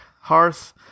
hearth